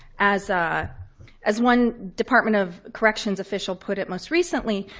as ah as one department of corrections official put it most recently,